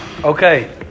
Okay